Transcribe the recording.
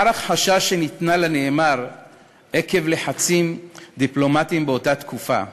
לאחר הכחשה שניתנה לנאמר עקב לחצים דיפלומטיים באותה תקופה,